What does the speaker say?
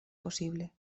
posible